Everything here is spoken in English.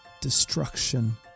destruction